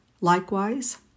Likewise